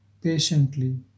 patiently